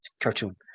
cartoon